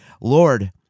Lord